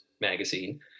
magazine